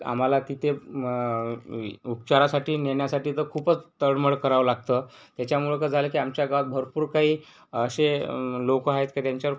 आम्हाला तिथे वि उपचारासाठी नेण्यासाठी तर खूपच तळमळ करावं लागतं त्याच्यामुळं कसं झालं की आमच्या गावात भरपूर काही असे लोक आहेत का त्यांच्यावर